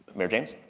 mayor james.